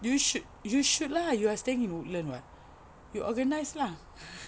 you should you should lah you are staying in Woodlands [what] you organize lah